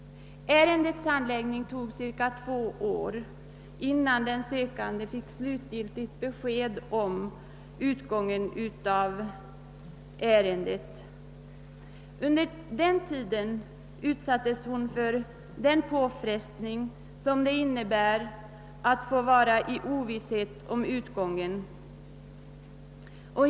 Ärendets handläggning tog cirka två år, innan sökanden fick slutgiltigt besked om utgången. Under den tiden utsattes hon för den påfrestning som det innebär att vara i ovisshet om utgången.